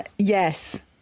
Yes